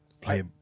Play